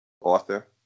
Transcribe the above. Author